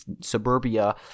suburbia